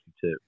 tip